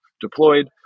deployed